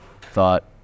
thought